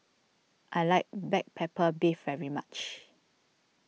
I like Black Pepper Beef very much